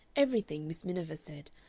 everything, miss miniver said,